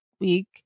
week